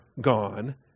gone